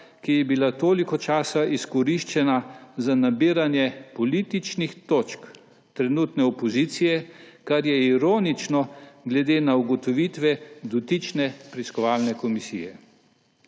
ki je bila toliko časa izkoriščena za nabiranje političnih točk trenutne opozicije, kar je ironično glede na ugotovitve dotične preiskovalne komisije.